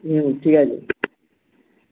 হুম ঠিক আছে